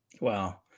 Wow